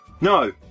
no